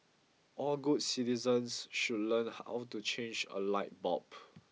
all good citizens should learn how to change a light bulb